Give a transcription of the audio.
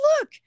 look